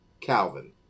Calvin